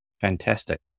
Fantastic